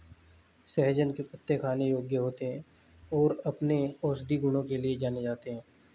सहजन के पत्ते खाने योग्य होते हैं और अपने औषधीय गुणों के लिए जाने जाते हैं